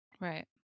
right